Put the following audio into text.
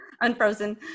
unfrozen